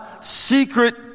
secret